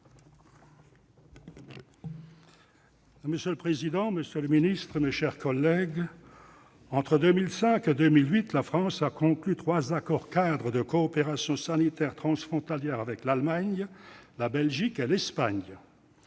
Monsieur le président, monsieur le secrétaire d'État, mes chers collègues, entre 2005 et 2008, la France a conclu trois accords-cadres de coopération sanitaire transfrontalière avec l'Allemagne, la Belgique et l'Espagne.